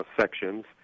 sections